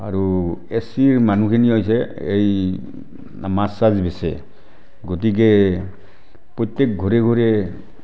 আৰু এছ চিৰ মানুহখিনি হৈছে এই মাছ চাছ বেচে গতিকে প্ৰত্যেক ঘৰে ঘৰে